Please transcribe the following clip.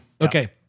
Okay